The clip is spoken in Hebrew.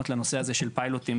שיפחיתו פליטות,